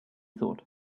thought